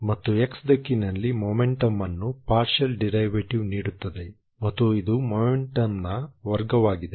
ಮತ್ತು x ದಿಕ್ಕಿನಲ್ಲಿ momentum ಅನ್ನು ಪಾರ್ಷಲ್ ಡಿರಿವಟಿವ್ ನೀಡುತ್ತದೆ ಮತ್ತು ಇದು ಮೊಮೆಂಟಮ್ನ ವರ್ಗವಾಗಿದೆ